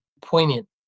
poignant